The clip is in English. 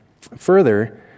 further